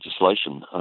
legislation